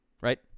right